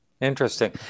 Interesting